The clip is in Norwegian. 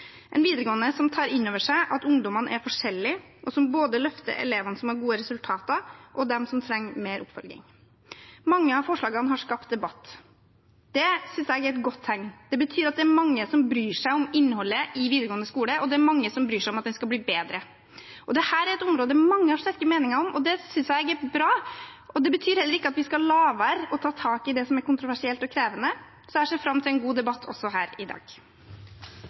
en videregående skole som tar inn over seg at ungdommene er forskjellige, og som løfter både elevene som har gode resultater, og dem som trenger mer oppfølging. Mange av forslagene har skapt debatt. Det synes jeg er et godt tegn. Det betyr at det er mange som bryr seg om innholdet i videregående skole, og det er mange som bryr seg om at den skal bli bedre. Dette er et område mange har sterke meninger om, og det synes jeg er bra. Det betyr heller ikke at vi skal la være å ta tak i det som er kontroversielt og krevende, så jeg ser fram til en god debatt også her i dag.